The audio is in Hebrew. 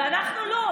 ואנחנו לא?